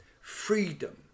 freedom